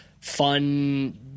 fun